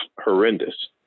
horrendous